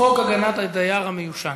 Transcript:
חוק הגנת הדייר המיושן.